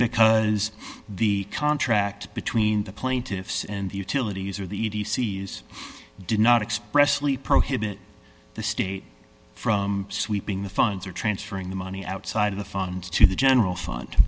because the contract between the plaintiffs and the utilities or the e c s did not expressly prohibit the state from sweeping the funds or transferring the money outside of the funds to the general fund